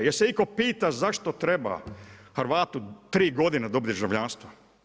Jel' se itko pita zašto treba Hrvatu 3 godine da dobije državljanstvo?